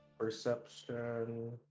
Perception